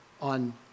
on